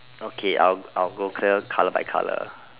okay I'll I'll go clear colour by colour